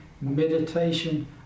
meditation